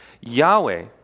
Yahweh